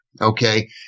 okay